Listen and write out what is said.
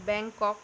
Bangkok